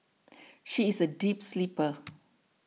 she is a deep sleeper